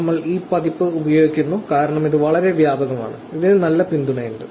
നമ്മൾ ഈ പതിപ്പ് ഉപയോഗിക്കുന്നു കാരണം ഇത് വളരെ വ്യാപകമാണ് ഇതിന് നല്ല പിന്തുണയുണ്ട്